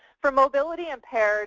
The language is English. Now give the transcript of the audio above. for mobility impaired